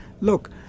look